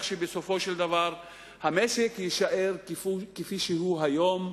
בסופו של דבר המשק יישאר כפי שהוא היום.